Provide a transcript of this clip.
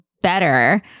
better